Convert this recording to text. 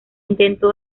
intentó